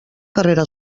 carrera